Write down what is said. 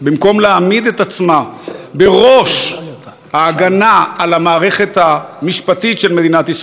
במקום להעמיד את עצמה בראש ההגנה על המערכת המשפטית של מדינת ישראל,